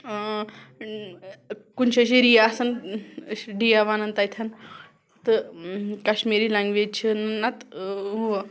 کُنہِ جایہِ چھُ ری آسان أسۍ چھِ ڈِیا وَننان تَتھین تہٕ کَشمیٖری لینگویج چھِ نتہٕ ہُہ